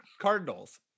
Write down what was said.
Cardinals